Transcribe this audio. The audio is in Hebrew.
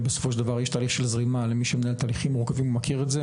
יש תהליך של זרימה ומי שמנהל תהליכים מורכבים מכיר את זה.